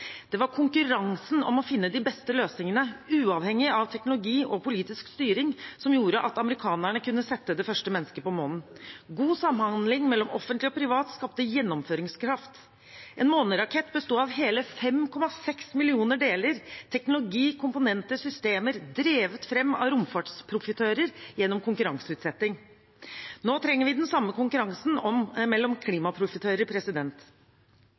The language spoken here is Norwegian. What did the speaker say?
Det var konkurransen om å finne de beste løsningene, uavhengig av teknologi og politisk styring, som gjorde at amerikanerne kunne sette det første mennesket på månen. God samhandling mellom offentlig og privat sektor skapte gjennomføringskraft. En månerakett besto av hele 5,6 millioner deler – teknologi, komponenter, systemer – drevet fram av romfartsprofitører gjennom konkurranseutsetting. Nå trenger vi den samme konkurransen mellom klimaprofitører.